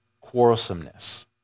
quarrelsomeness